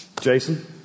Jason